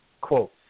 quote